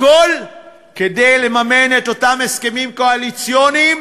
הכול כדי לממן את אותם הסכמים קואליציוניים